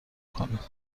کنید